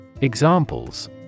Examples